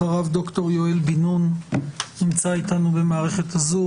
הרב ד"ר יואל בן-נון נמצא איתנו במערכת הזום,